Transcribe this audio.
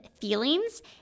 feelings